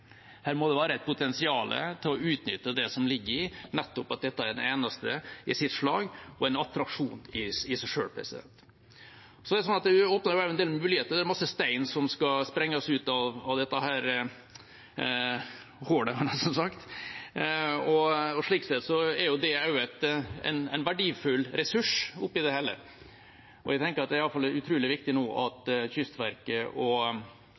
Her må det ligge et potensial i å utnytte det at dette er den eneste av sitt slag – en attraksjon i seg selv. Så åpner dette en del muligheter. Det er masse stein som skal sprenges ut av dette – jeg hadde nær sagt – hullet. Slik sett er det en verdifull ressurs i det hele. Jeg tenker at det er utrolig viktig nå at Kystverket og